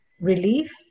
relief